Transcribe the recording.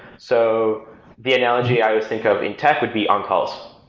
so the analogy i would think of intact would be on calls.